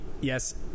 yes